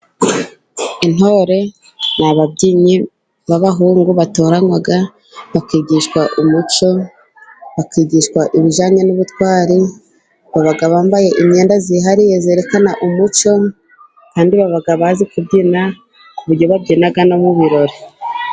Intore ni ababyinnyi b'abahungu batoranywa, bakigishwa umuco, bakigishwa ibijyanye n'ubutwari, baba bambaye imyenda yihariye yerekana umuco, kandi baba bazi kubyina ku buryo babyina no mu birori.